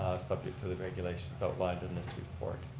subject to the regulations outlined in this report.